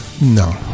No